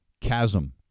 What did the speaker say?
chasm